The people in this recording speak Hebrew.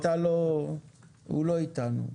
הוא לא איתנו.